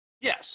Yes